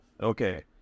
Okay